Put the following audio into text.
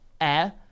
air